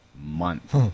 month